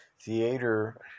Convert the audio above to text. theater